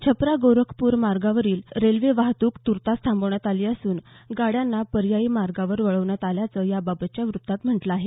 छपरा गोरखपूर मार्गावरील रेल्वे वाहतूक तूर्तास थांबविण्यात आली असून गाड्यांना पर्यायी मार्गांवर वळवण्यात आल्याचं याबाबतच्या वृत्तात म्हटलं आहे